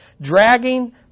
dragging